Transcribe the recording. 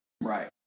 Right